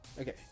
Okay